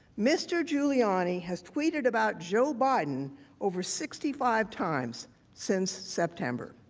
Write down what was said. mr. giuliani has tweeted about joe biden over sixty five times since september.